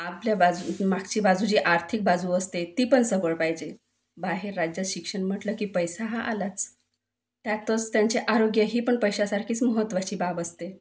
आपल्या बाज मागची बाजू जी आर्थिक बाजू असते ती पण सबळ पाहिजे बाहेर राज्यात शिक्षण म्हटलं की पैसा हा आलाच त्यातच त्यांचे आरोग्य ही पण पैशासारखेच महत्वाची बाब असते